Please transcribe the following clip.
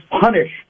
punish